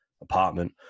apartment